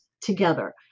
together